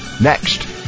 next